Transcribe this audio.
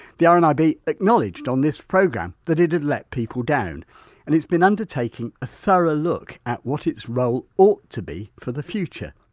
the ah and rnib acknowledged on this programme that it had let people down and it's been undertaking a thorough look at what its role ought to be for the future.